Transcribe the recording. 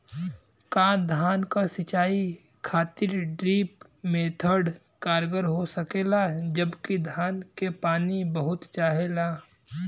का धान क सिंचाई खातिर ड्रिप मेथड कारगर हो सकेला जबकि धान के पानी बहुत चाहेला?